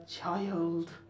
child